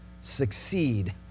succeed